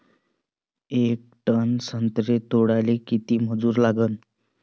येक टन संत्रे तोडाले किती मजूर लागन?